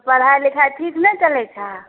पढ़ाइ लिखाइ ठीक नहि चलैत छह